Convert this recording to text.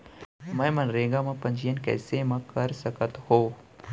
मैं मनरेगा म पंजीयन कैसे म कर सकत हो?